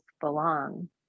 belong